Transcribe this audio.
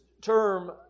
term